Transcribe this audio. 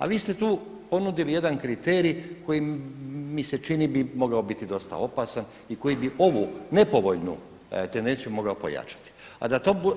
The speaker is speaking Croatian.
A vi ste tu ponudili jedan kriterij koji mi se čini bi mogao biti dosta opasan i koji bi ovu nepovoljnu tendenciju mogao pojačati,